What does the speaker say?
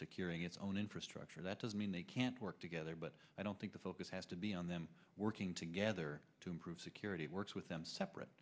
securing its own infrastructure that doesn't mean they can't work together but i don't think the focus has to be on them working together to improve security works with them separate